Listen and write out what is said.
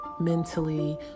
mentally